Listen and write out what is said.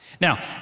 Now